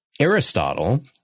Aristotle